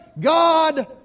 God